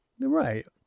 Right